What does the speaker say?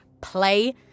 play